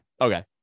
Okay